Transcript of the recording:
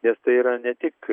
nes tai yra ne tik